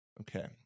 Okay